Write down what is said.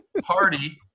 party